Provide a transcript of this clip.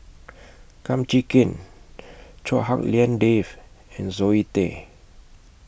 Kum Chee Kin Chua Hak Lien Dave and Zoe Tay